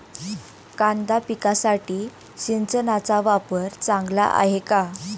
कांदा पिकासाठी सिंचनाचा वापर चांगला आहे का?